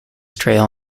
trail